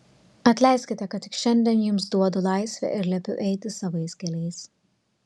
atleiskite kad tik šiandien jums duodu laisvę ir liepiu eiti savais keliais